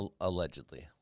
Allegedly